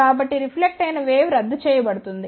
కాబట్టి రిఫ్లెక్ట్ అయిన వేవ్ రద్దు చేయ బడుతుంది